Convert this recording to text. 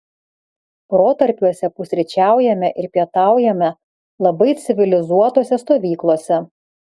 protarpiuose pusryčiaujame ir pietaujame labai civilizuotose stovyklose